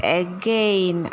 again